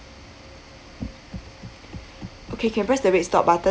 okay can press the red stop button